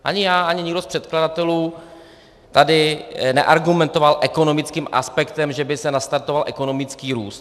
Ani já, ani nikdo z předkladatelů tady neargumentoval ekonomickým aspektem, že by se nastartoval ekonomický růst.